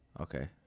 okay